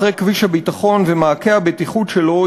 אחרי כביש הביטחון ומעקה הבטיחות שלו,